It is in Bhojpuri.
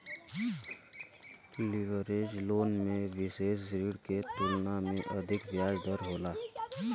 लीवरेज लोन में विसेष ऋण के तुलना में अधिक ब्याज दर होला